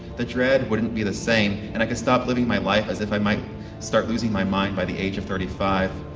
the dread wouldn't be the same, and i could stop living my life as if i might start losing my mind by the age of thirty-five.